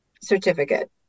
certificate